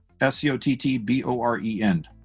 S-C-O-T-T-B-O-R-E-N